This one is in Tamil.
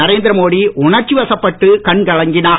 நரேந்திர மோடி உணர்ச்சி வசப்பட்டு கண்கலங்கினார்